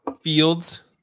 Fields